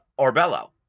Orbello